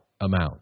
amount